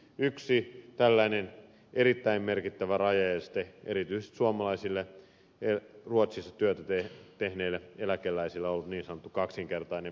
yksi tällainen erittäin merkittävä rajaeste erityisesti suomalaisille ruotsissa työtä tehneille eläkeläisille on ollut niin sanottu kaksinkertainen verotus